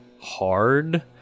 hard